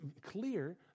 clear